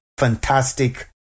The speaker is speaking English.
fantastic